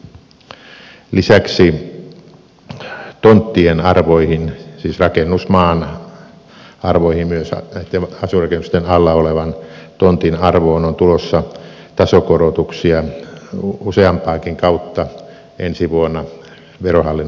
lisäksi tonttien arvoihin siis rakennusmaan arvoihin myös näitten asuinrakennusten alla olevan tontin arvoon on tulossa tasokorotuksia useampaakin kautta ensi vuonna verohallinnon päätöksellä